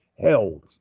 held